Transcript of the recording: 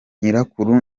nyirakuru